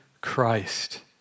Christ